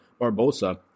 barbosa